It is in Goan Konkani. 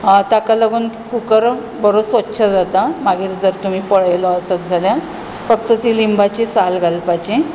ताका लागून कुकर बरो स्वच्छ जाता मागीर जर तुमी पळयलो आसत जाल्यार फक्त ती लिंबाची साल घालपाची